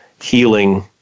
healing